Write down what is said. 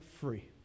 free